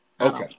okay